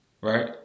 Right